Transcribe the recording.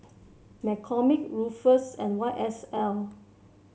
McCormick Ruffles and Y S L